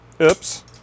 oops